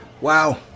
Wow